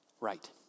Right